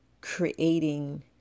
creating